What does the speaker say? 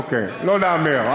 אוקיי, לא להמר.